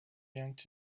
yanked